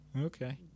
Okay